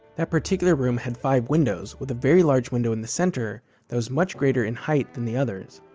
that particular room had five windows, with a very large window in the center that was much greater in height than the others.